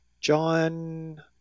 John